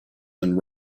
and